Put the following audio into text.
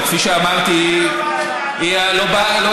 כפי שאמרתי, אני לא בא בטענות אליך.